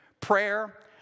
prayer